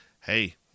hey